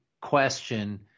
question